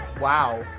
wow.